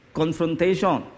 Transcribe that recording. confrontation